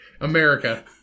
America